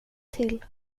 till